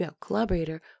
collaborator